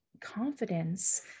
confidence